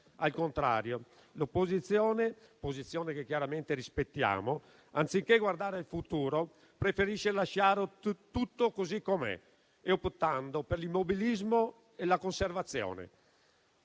Al contrario, l'opposizione - posizione che chiaramente rispettiamo - anziché guardare al futuro, preferisce lasciare tutto così com'è, optando per l'immobilismo e la conservazione.